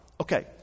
Okay